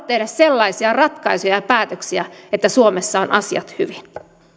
tehdä sellaisia ratkaisuja ja ja päätöksiä että suomessa on asiat hyvin